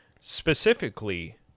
specifically